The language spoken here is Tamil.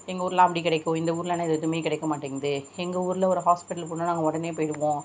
எங்கள் ஊரெலாம் அப்படி கிடைக்கும் இந்த ஊருலயெல்லாம் எதுவுமே கிடைக்க மாட்டேங்குது எங்கள் ஊரில் ஒரு ஹாஸ்பிட்டலுக்கு போகணுன்னா நாங்கள் உடனே போய்விடுவோம்